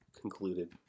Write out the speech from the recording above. concluded